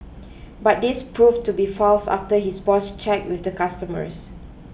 but this proved to be false after his boss check with the customers